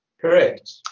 Correct